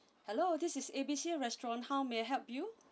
hello this is A B C restaurant how may I help you